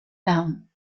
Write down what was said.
down